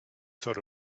sort